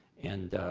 and